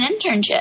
internship